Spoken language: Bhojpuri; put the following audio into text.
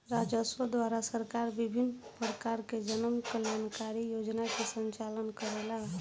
राजस्व द्वारा सरकार विभिन्न परकार के जन कल्याणकारी योजना के संचालन करेला